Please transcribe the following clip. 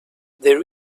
they